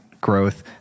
growth